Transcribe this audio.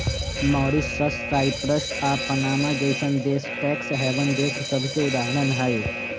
Mauritius, Cyprus आऽ Panama जइसन्न देश टैक्स हैवन देश सभके उदाहरण हइ